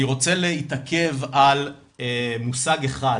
אני רוצה להתעכב על מושג אחד